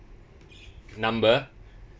number